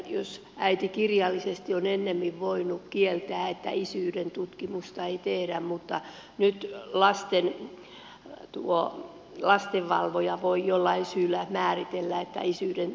aiemmin äiti kirjallisesti on voinut kieltää että isyyden tutkimusta ei tehdä mutta nyt lastenvalvoja voi joillain määritellyillä syillä keskeyttää isyyden tutkimisen